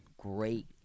great